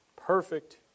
perfect